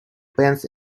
pants